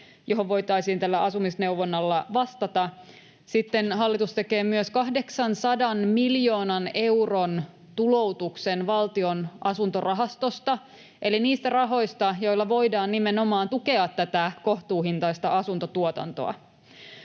joihin voitaisiin tällä asumisneuvonnalla vastata. Sitten hallitus tekee myös 800 miljoonan euron tuloutuksen Valtion asuntorahastosta eli niistä rahoista, joilla voidaan nimenomaan tukea tätä kohtuuhintaista asuntotuotantoa.